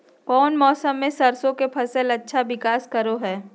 कौन मौसम मैं सरसों के फसल अच्छा विकास करो हय?